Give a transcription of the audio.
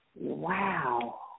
wow